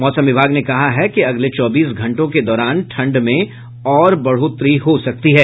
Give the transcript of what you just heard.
मौसम विभाग ने कहा है कि अगले चौबीस घंटों के दौरान ठंड में और बढ़ोतरी हो सकती है